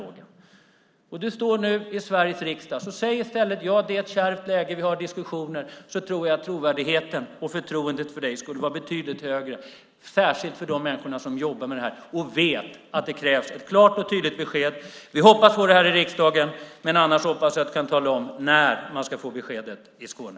Beatrice Ask står här i Sveriges riksdag. Säg i stället att det är ett kärvt läge och att det förs diskussioner! Då tror jag att trovärdigheten och förtroendet för dig blir betydligt högre, särskilt för de människor som jobbar med det här och vet att det krävs klart och tydligt besked. Vi hoppas på att få ett sådant här i riksdagen. Annars hoppas jag att du kan tala om när de ska få besked i Skåne.